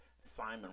Simon